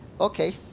Okay